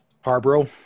Harborough